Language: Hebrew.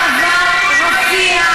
פתיחת מעבר רפיח,